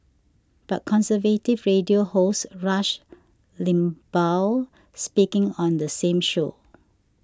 but conservative radio host Rush Limbaugh speaking on the same show